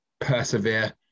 persevere